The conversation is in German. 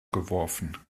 geworfen